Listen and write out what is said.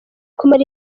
kumara